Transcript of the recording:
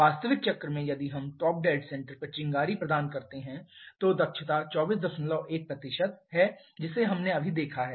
वास्तविक चक्र में यदि हम टॉप डेड सेंटर पर चिंगारी प्रदान करते हैं तो दक्षता 241 है जिसे हमने अभी देखा है